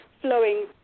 flowing